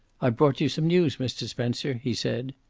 i've brought you some news, mr. spencer, he said.